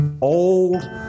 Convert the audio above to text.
old